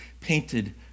painted